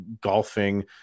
golfing